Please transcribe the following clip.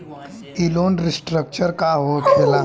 ई loan restructure का होखे ला?